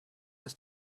dass